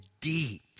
deep